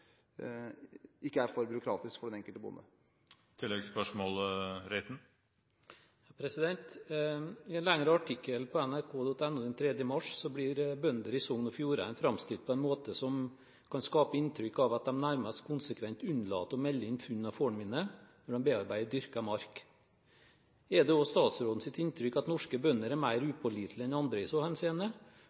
for byråkratisk for den enkelte bonde. I en lengre artikkel på nrk.no den 3. mars blir bønder i Sogn og Fjordane framstilt på en måte som kan skape inntrykk av at de nærmest konsekvent unnlater å melde inn funn av fornminner, når de bearbeider dyrket mark. Er det også statsrådens inntrykk at norske bønder er mer upålitelige enn andre i så henseende,